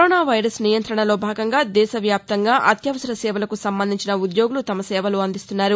corona virus నియంత్రణలో భాగంగా దేశ వ్యాప్తంగా అత్యవసర సేవలకు సంబంధించిన ఉద్యోగులు తమ సేవలు అందిస్తున్నారు